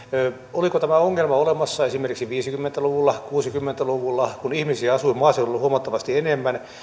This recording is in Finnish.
oliko tämä ongelma olemassa esimerkiksi viisikymmentä luvulla kuusikymmentä luvulla kun ihmisiä asui maaseudulla huomattavasti enemmän